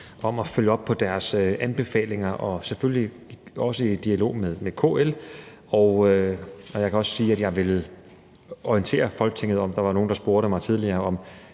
om at følge op på deres anbefalinger, selvfølgelig også i dialog med KL. Jeg kan også sige, at jeg vil orientere Folketinget om det. Der var nogen, der spurgte mig tidligere om